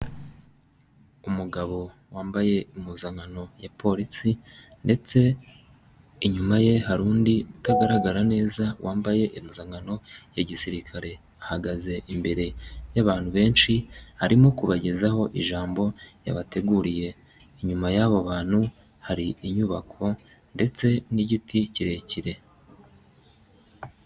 Umugabo wambaye impuzankano ya Polisi ndetse inyuma ye hari undi utagaragara neza wambaye impuzankano ya gisirikare, ahagaze imbere y'abantu benshi arimo kubagezaho ijambo yabateguriye, inyuma y'abo bantu hari inyubako ndetse n'igiti kirekire.